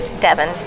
Devin